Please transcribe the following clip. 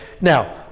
now